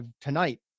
Tonight